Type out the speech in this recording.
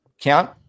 count